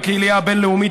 רבים בקהילה הבין-לאומית,